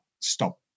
stop